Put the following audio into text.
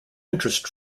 interest